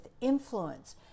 influence